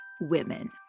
Women